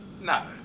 no